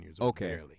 Okay